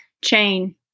chain